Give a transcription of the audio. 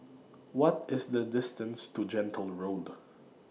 What IS The distance to Gentle Road